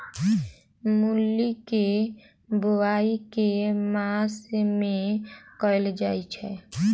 मूली केँ बोआई केँ मास मे कैल जाएँ छैय?